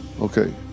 Okay